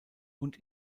und